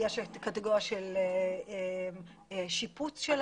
יש קטגוריה של שיפוץ המתקן.